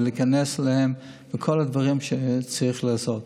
ולהיכנס לכל הדברים שבהם צריך לעזור.